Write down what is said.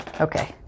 Okay